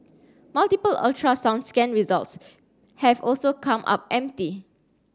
multiple ultrasound scan results have also come up empty